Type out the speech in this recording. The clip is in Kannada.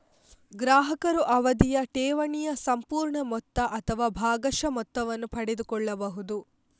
ಗ್ರಾಹಕರು ಅವಧಿಯ ಠೇವಣಿಯ ಸಂಪೂರ್ಣ ಮೊತ್ತ ಅಥವಾ ಭಾಗಶಃ ಮೊತ್ತವನ್ನು ಪಡೆದುಕೊಳ್ಳಬಹುದು